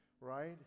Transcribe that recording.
Right